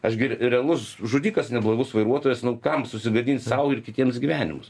aš gi realus žudikas neblaivus vairuotojas nu kam susigadint sau ir kitiems gyvenimus